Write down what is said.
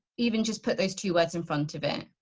even just put those two words in front of it.